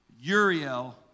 Uriel